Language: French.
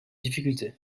difficulté